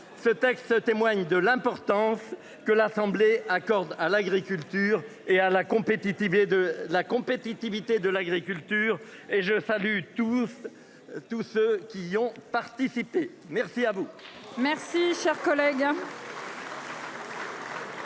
ce texte témoigne de l'importance que l'Assemblée accorde à l'agriculture et à la compétitivité de la compétitivité de l'agriculture et je salue tous. Tous ceux qui y ont participé. Merci à vous. Merci cher collègue.